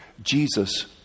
Jesus